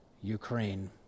Ukraine